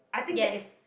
yes